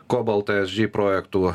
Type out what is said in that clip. cobalt esg projektų